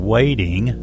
Waiting